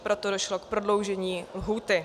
Proto došlo k prodloužení lhůty.